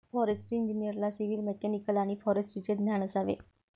forestry इंजिनिअरला civil, mechanical आणि फॉरेस्ट्रीचे ज्ञान असावे